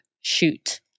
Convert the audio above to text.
shoot